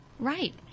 Right